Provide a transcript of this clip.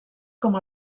com